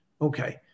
okay